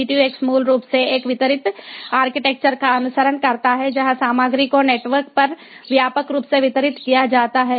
V2X मूल रूप से एक वितरित आर्किटेक्चर का अनुसरण करता है जहां सामग्री को नेटवर्क पर व्यापक रूप से वितरित किया जाता है